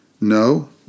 No